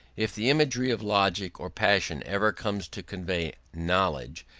if the imagery of logic or passion ever comes to convey knowledge,